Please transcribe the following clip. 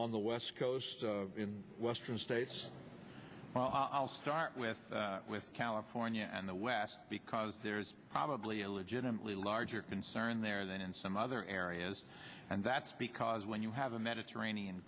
on the west coast in western states i'll start with with california and the west because there's probably a legitimately larger concern there than in some other areas and that's because when you have a mediterranean